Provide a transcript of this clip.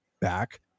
back